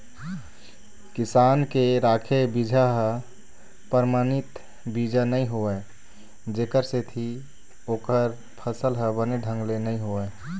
किसान के राखे बिजहा ह परमानित बीजा नइ होवय जेखर सेती ओखर फसल ह बने ढंग ले नइ होवय